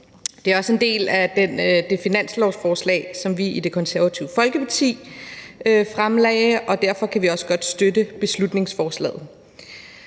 Det er også en del af det finanslovsforslag, som vi i Det Konservative Folkeparti fremlagde, og derfor kan vi også godt støtte beslutningsforslaget.